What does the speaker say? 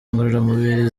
ngororamubiri